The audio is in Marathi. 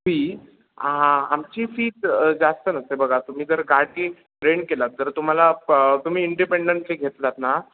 फी आमची फी जास्त नसते बघा तुम्ही जर गाडी रेंट केलात तर तुम्हाला तुम्ही इंडिपेंडंटली घेतलात ना